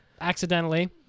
accidentally